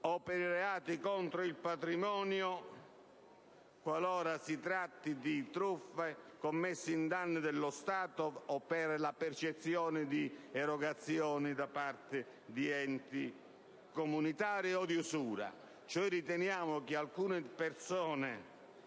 o per reati contro il patrimonio, qualora si tratti di truffe commesse in danno dello Stato o per la percezione di erogazioni da parte di enti comunitari o di usura. Riteniamo cioè che le persone